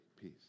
Peace